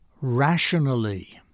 rationally